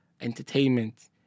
entertainment